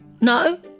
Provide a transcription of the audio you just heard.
No